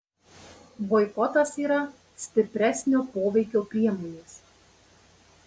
boikotas yra stipresnio poveikio priemonės